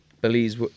Belize